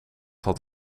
had